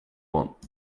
want